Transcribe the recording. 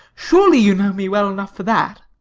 surely you know me well enough for that?